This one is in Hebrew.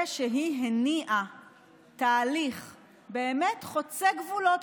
זה שהיא הניעה תהליך חוצה גבולות,